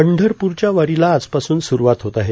पंढरपूरच्या वारीला आजपासून सुरूवात होत आहे